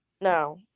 No